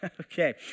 okay